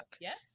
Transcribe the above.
Yes